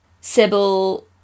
Sybil